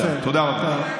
תודה רבה.